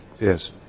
yes